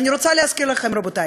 אני רוצה להזכיר לכם, רבותי,